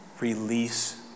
release